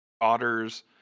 daughter's